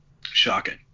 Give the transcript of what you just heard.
Shocking